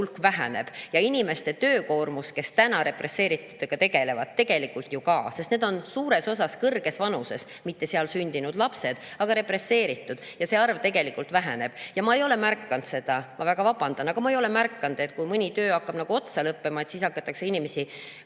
inimeste töökoormus, kes täna represseeritutega tegelevad, tegelikult ju ka. Need [represseeritud] on suures osas kõrges vanuses, mitte seal sündinud lapsed, vaid represseeritud, ja see arv tegelikult väheneb. Ja ma ei ole märganud seda, ma väga vabandan, aga ma ei ole märganud, et kui mõni töö hakkab otsa lõppema, siis hakatakse inimesi